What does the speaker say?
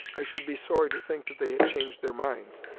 i should be sorry to think that they had changed their minds.